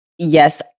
yes